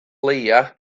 leiaf